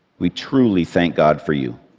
we truly thank god for you.